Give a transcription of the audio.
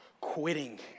quitting